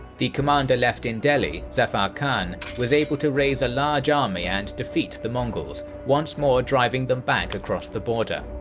the commander left in delhi, zafar khan, was able to raise a large army and defeat the mongols, once more driving them back across the border.